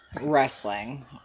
Wrestling